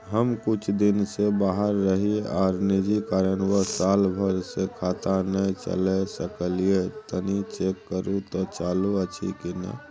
हम कुछ दिन से बाहर रहिये आर निजी कारणवश साल भर से खाता नय चले सकलियै तनि चेक करू त चालू अछि कि नय?